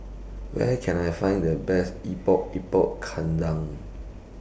Where Can I Find The Best Epok Epok Kentang